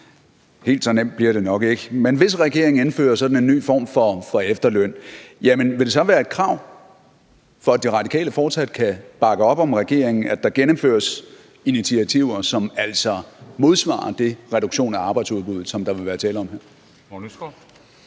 helt så nemt bliver det nok ikke – vil det så være et krav, for at De Radikale fortsat kan bakke op om regeringen, at der gennemføres initiativer, som altså modsvarer den reduktion af arbejdsudbuddet, som der vil være tale om? Kl. 14:28 Formanden